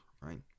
right